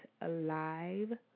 Alive